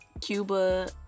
cuba